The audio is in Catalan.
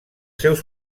seus